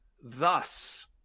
thus